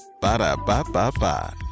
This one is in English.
Ba-da-ba-ba-ba